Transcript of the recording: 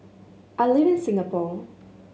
I live in Singapore